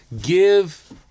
Give